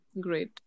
great